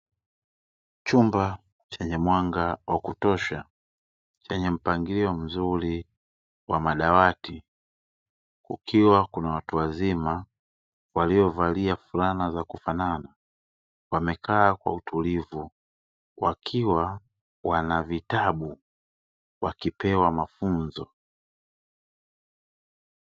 Chumba chenye mwanga wa kutosha, chenye mpangilio mzuri wa madawati ukiwa kuna watu wazima waliovalia fulana za, kufanana wamekaa kwa utulivu, wakiwa wana vitabu wakipewa mafunzo.